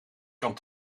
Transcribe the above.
kan